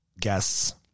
guests